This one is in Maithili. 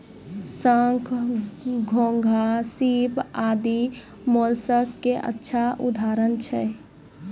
शंख, घोंघा, सीप आदि मोलस्क के अच्छा उदाहरण छै